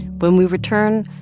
when we return,